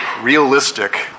realistic